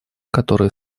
которые